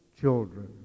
children